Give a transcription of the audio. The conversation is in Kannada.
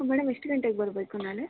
ಊಂ ಮೇಡಮ್ ಎಷ್ಟು ಗಂಟೆಗೆ ಬರಬೇಕು ನಾಳೆ